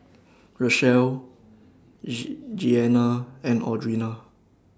Rachael Jeanna and Audrina